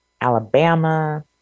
Alabama